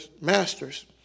masters